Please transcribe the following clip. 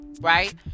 right